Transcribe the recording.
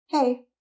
Hey